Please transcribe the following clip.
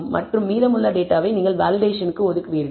மற்றும் மீதமுள்ள டேட்டாவை நீங்கள் வேலிடேஷனுக்கு ஒதுக்குவீர்கள்